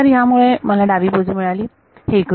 तर यामुळे मला डावी बाजू मिळाली